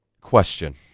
Question